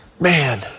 Man